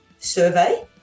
survey